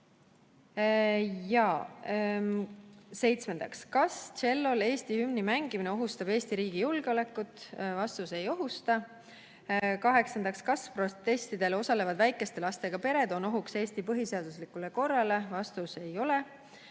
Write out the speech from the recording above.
Seitsmendaks: "Kas tšellol Eesti hümni mängimine ohustab Eesti riigi julgeolekut?" Ei ohusta. Kaheksandaks: "Kas protestidel osalevad väikeste lastega pered on ohuks Eesti põhiseaduslikule korrale?" Ei ole.